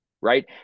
right